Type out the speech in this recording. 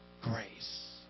grace